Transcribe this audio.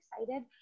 excited